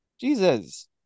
Jesus